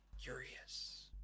curious